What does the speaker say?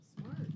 Smart